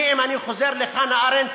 אני, אם אני חוזר לחנה ארנדט,